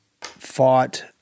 fought